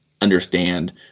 understand